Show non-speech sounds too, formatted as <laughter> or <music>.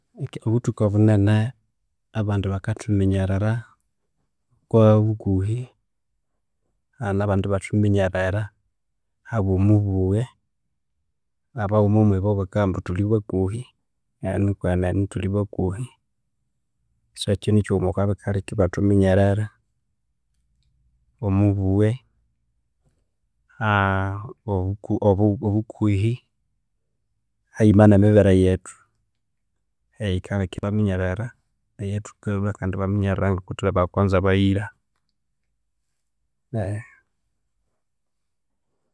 Obuthuku obunene abandi bakathuminyerera okwa bukuhi <hesitation> nabandi ebathuminyerera habwe omubughe abaghma omwibo bakabugha ambu thulhibakuhi keghe nikwenen thulhi bakuhi so ekyo nikighuma okwa bikalheka ebathuminyerera, omubughe, aaa obukuhi, haghima nemibere yethu yeyikalheka abaminyerera eyathukalhwa kandi ebaminyerera ngoko thulhi bakonzo abayira. <hesitation>